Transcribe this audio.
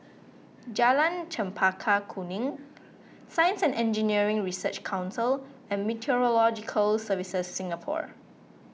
Jalan Chempaka Kuning Science and Engineering Research Council and Meteorological Services Singapore